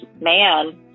man